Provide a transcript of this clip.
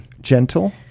gentle